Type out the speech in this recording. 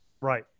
right